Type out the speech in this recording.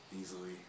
easily